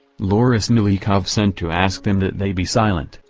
lorismelikov sent to ask them that they be silent,